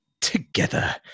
together